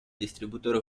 distributore